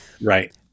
Right